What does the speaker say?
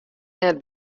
net